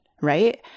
right